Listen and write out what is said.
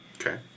Okay